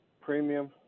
premium